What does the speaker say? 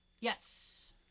Yes